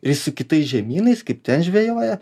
ir su kitais žemynais kaip ten žvejojo